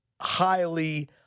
highly